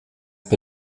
bei